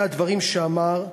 אלה הדברים שאמר.